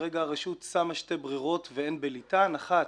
כרגע הרשות שמה שתי ברירות והן בלתן: אחת,